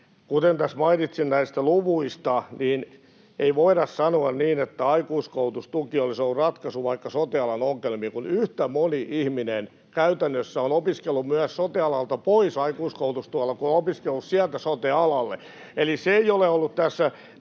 Kuten tässä mainitsin näistä luvuista, niin ei voida sanoa niin, että aikuiskoulutustuki olisi ollut ratkaisu vaikka sote-alan ongelmiin, kun yhtä moni ihminen käytännössä on opiskellut myös sote-alalta pois aikuiskoulutustuella kuin opiskellut sote-alalle. Eli se ei ole ollut tässä